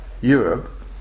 Europe